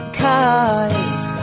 cause